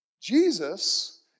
Jesus